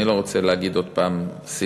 אני לא רוצה להגיד עוד פעם שנאה,